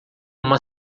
uma